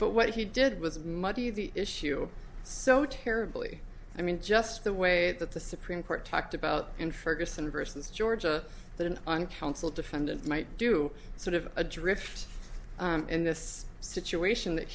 but what he did was muddy the issue so terribly i mean just the way that the supreme court talked about in ferguson versus georgia that an uncountable defendant might do sort of adrift in this situation